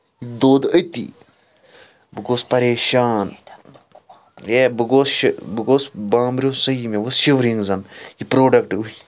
یہِ دوٚد أتِی بہٕ گوٚوُس پَرِیشان ہے بہٕ شو بہٕ گوٚوُس بہٕ بابریوس سٔہِی مےٚ ؤژھ شِورِنٛگ زَن یہِ پرُوڈکٹ